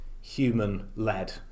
human-led